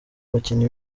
bakinnyi